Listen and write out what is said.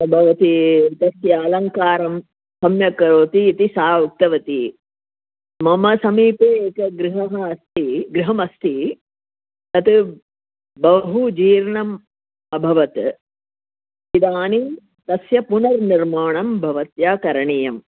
भवती तस्य अलङ्कारं सम्यक् करोति इति सा उक्तवती मम समीपे एकं गृहम् अस्ति गृहम् अस्ति तत् बहु जीर्णम् अभवत् इदानीं तस्य पुनर्निर्माणं भवत्या करणीयम्